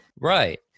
right